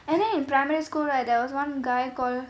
and then in primary school right there was one guy call